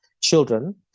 children